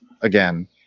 again